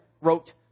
wrote